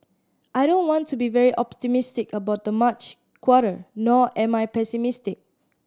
I don't want to be very optimistic about the March quarter nor am I pessimistic